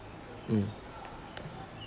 mm